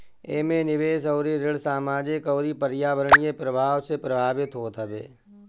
एमे निवेश अउरी ऋण सामाजिक अउरी पर्यावरणीय प्रभाव से प्रभावित होत हवे